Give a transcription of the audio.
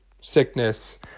sickness